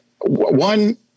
one